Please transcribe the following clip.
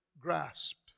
grasped